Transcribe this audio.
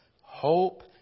hope